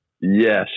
yes